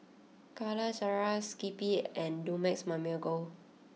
Calacara Skippy and Dumex Mamil Gold